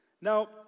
Now